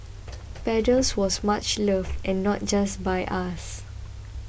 paddles was much loved and not just by us